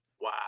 Wow